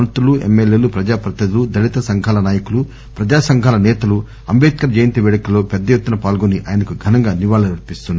మంత్రులు ఎమ్మెల్యేలు ప్రజా ప్రతినిధులు దళిత సంఘాల నాయకులు ప్రజా సంఘాల నేతలు అంటేడ్కర్ జయంతి పేడుకల్లో పెద్ద ఎత్తున పాల్గొని ఆయనకు ఘనంగా నివాళులు అర్చిస్తున్నారు